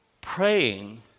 Praying